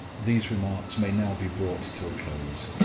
these remarks may now be brought to a close.